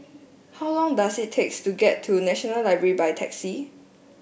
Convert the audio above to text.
how long does it takes to get to National Library by taxi